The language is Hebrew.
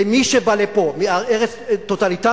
למי שבא לפה מארץ טוטליטרית,